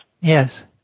Yes